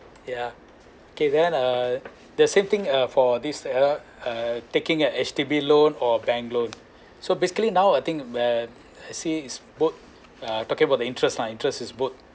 yeah okay then uh the same thing uh for this uh uh taking at H_D_B loan or a bank loan so basically now I think uh I see is good ah talking about the interest ah interest is good